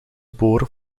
boor